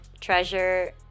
Treasure